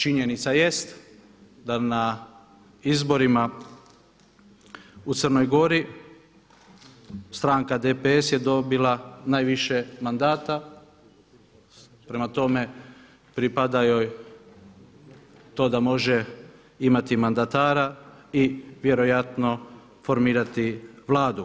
Činjenica jest da na izborima u Crnoj Gori stranka DPS je dobila najviše mandata prema tome pripada joj to da može imati mandatara i vjerojatno formirati Vladu.